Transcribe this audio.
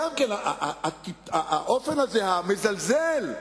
גם כן האופן המזלזל הזה.